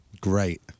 Great